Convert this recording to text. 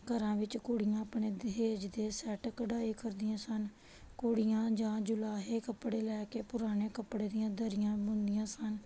ਘਰਾਂ ਵਿੱਚ ਕੁੜੀਆਂ ਆਪਣੇ ਦਹੇਜ ਦੇ ਸੈਟ ਕਢਾਈ ਕਰਦੀਆਂ ਸਨ ਕੁੜੀਆਂ ਜਾਂ ਜੁਲਾਹੇ ਕੱਪੜੇ ਲੈ ਕੇ ਪੁਰਾਣੇ ਕੱਪੜੇ ਦੀਆਂ ਦਰੀਆਂ ਬੁਣਦੀਆਂ ਸਨ